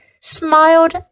smiled